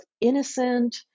innocent